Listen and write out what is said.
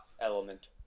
element